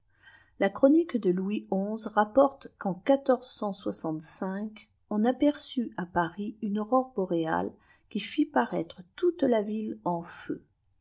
la chronique de louis xi rapporte qu'en on aperçut à paris oftëttàrôre bôtéalë qui fit pafâttre toute la ville en feu